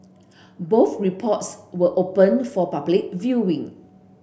both reports were open for public viewing